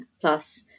plus